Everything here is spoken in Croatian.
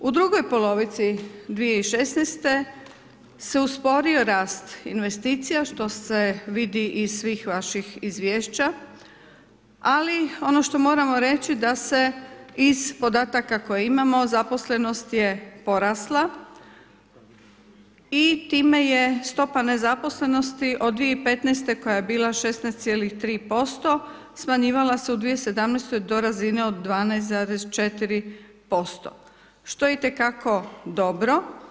U drugoj polovici 2016. se usporio rast investicija, što se vidi iz svih vaših izvješća, ali ono što moramo reći da se iz podataka koje imamo zaposlenost je porasla i time je stopa nezaposlenosti od 2015. koja je bila 16,3% smanjivala se u 2017. do razine od 12,4% što je itekako dobro.